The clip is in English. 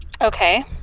Okay